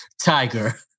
tiger